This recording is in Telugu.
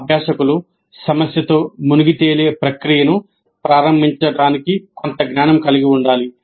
అభ్యాసకులు సమస్యతో మునిగి తేలే ప్రక్రియను ప్రారంభించడానికి కొంత జ్ఞానం కలిగి ఉండాలి